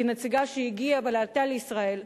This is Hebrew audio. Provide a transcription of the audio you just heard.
כנציגה שהגיעה ועלתה לישראל,